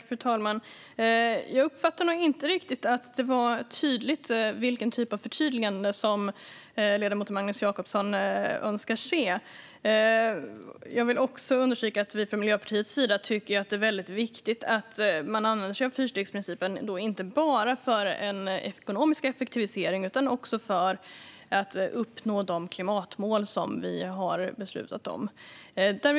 Fru talman! Jag uppfattade inte riktigt vilken typ av förtydligande som ledamoten Magnus Jacobsson önskar se. Låt mig understryka att Miljöpartiet tycker att det är viktigt att man använder sig av fyrstegsprincipen, inte bara för en ekonomisk effektivisering utan också för att nå de beslutade klimatmålen.